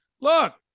Look